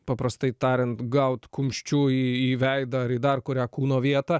paprastai tariant gaut kumščiu į veidą ar į dar kurią kūno vietą